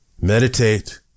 meditate